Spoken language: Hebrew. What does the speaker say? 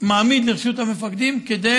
מעמיד לרשות המפקדים כדי